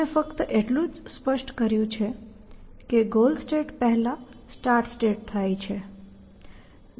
મેં ફક્ત એટલું જ સ્પષ્ટ કર્યું છે કે ગોલ સ્ટેજ પહેલા સ્ટાર્ટ સ્ટેજ થાય છે